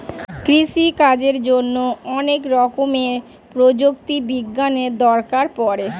কৃষিকাজের জন্যে অনেক রকমের প্রযুক্তি বিজ্ঞানের দরকার পড়ে